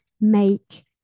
make